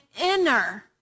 inner